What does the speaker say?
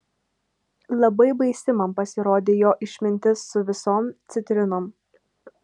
labai baisi man pasirodė jo išmintis su visom citrinom